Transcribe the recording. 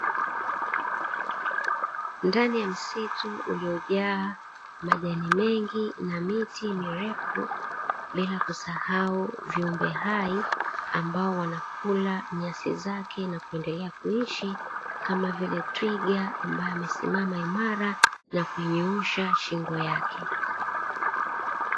Ndani ya msitu uliojaa majani mengi na miti mirefu bila kusahau viumbe hai ambao wanakula nyasi zake na kuendelea kuishi kama vile twiga ambayo amesimama imara na kuinyoosha shingo yake.